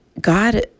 God